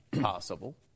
possible